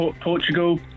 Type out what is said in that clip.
Portugal